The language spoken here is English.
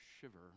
shiver